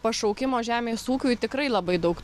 pašaukimo žemės ūkiui tikrai labai daug